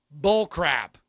bullcrap